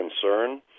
concern